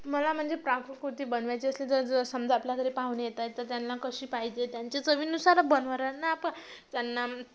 मला म्हणजे पाककृती बनवायची असली तर जर समजा आपल्या घरी पाहुणे येत आहेत तर त्यांना कशी पाहिजे त्यांच्या चवीनुसार बनवणार नं आपण त्यांना